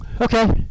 Okay